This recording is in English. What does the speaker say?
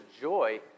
joy